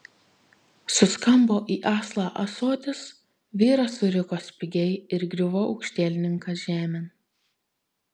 suskambo į aslą ąsotis vyras suriko spigiai ir griuvo aukštielninkas žemėn